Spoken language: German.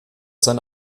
sein